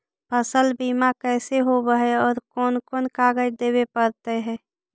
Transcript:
फसल बिमा कैसे होब है और कोन कोन कागज देबे पड़तै है?